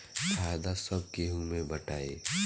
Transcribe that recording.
फायदा सब केहू मे बटाई